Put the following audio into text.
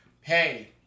hey